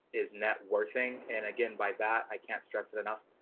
is networking and again by that i can't stress it enough,